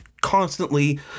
constantly